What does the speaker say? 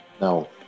No